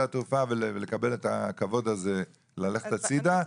התעופה ולקבל את הכבוד הזה ללכת הצידה,